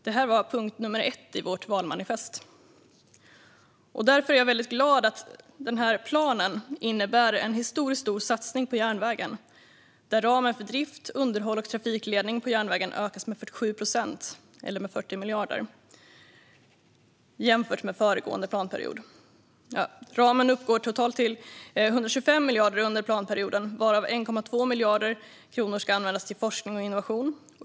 Det var punkt nr 1 i vårt valmanifest. Jag är därför glad att planen innebär en historiskt stor satsning på järnvägen, där ramen för drift, underhåll och trafikledning på järnvägen ökas med 47 procent, eller med 40 miljarder, jämfört med föregående planperiod. Ramen uppgår till totalt 125 miljarder under planperioden, varav 1,2 miljarder kronor ska användas till forskning och innovation.